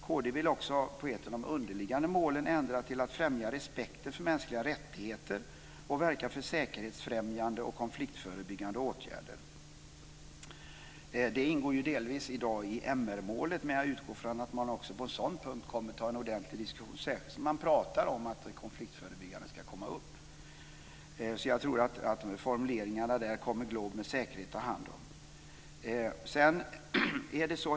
Kd vill också att ett av de underliggande målen ska ändras till att gälla att man ska främja respekten för mänskliga rättigheter och verka för säkerhetsfrämjande och konfliktförebyggande åtgärder. Det ingår i dag delvis i MR-målet, men jag utgår från att man också på en sådan punkt kommer att ta en ordentlig diskussion, särskilt som man pratar om att konfliktförebyggande ska komma upp. Formuleringarna där kommer GLOBKOM med säkerhet att ta hand om.